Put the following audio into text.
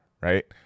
right